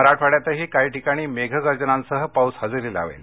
मराठवाङ्यातही काही ठिकाणी मेघगर्जनांसह पाऊस हजेरी लावेल